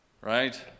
Right